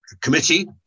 committee